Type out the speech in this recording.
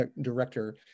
director